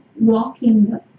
walking